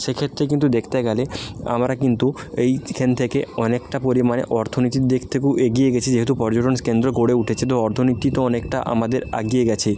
সেইক্ষেত্রে কিন্তু দেখতে গেলে আমরা কিন্তু এইখান থেকে অনেকটা পরিমাণে অর্থনীতির দিক থেকেও এগিয়ে গিয়েছি যেহেতু পর্যটন কেন্দ্র গড়ে উঠেছে তো অর্থনীতি তো অনেকটা আমাদের এগিয়ে গিয়েছে